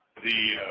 the